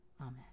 Amen